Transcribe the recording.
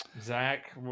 Zach